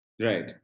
Right